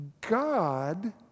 God